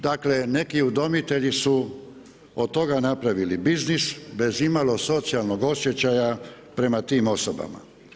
Dakle neki udomitelji su od toga napravili biznis bez imalo socijalnog osjećaja prema tim osobama.